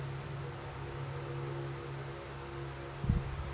ಕಡ್ಲಿ ಬೆಳಿಯಾಗ ಎಲಿ ಸುರುಳಿರೋಗಕ್ಕ ಏನ್ ಮಾಡಬೇಕ್ರಿ?